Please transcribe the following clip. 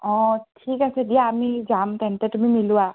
অঁ ঠিক আছে দিয়া আমি যাম তেন্তে তুমি মিলোৱা